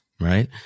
right